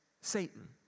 Satan